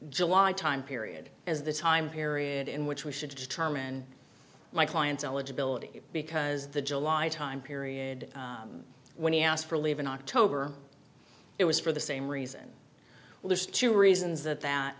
july time period as the time period in which we should determine my client's eligibility because the july time period when he asked for leave in october it was for the same reason list two reasons that that